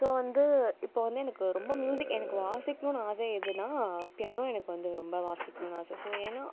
so வந்து இப்போ வந்து எனக்கு ரொம்ப ம்யூஸிக் எனக்கு வாசிக்கணும்னு ஆசை எதுன்னால் பியானோ எனக்கு வந்து ரொம்ப வாசிக்கணும்னு ஆசை ஸோ ஏன்னால்